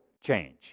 change